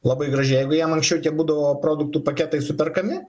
labai gražiai jeigu jiem anksčiau tie būdavo produktų paketai superkami